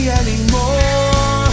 anymore